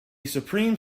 supreme